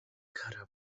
kara